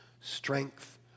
strength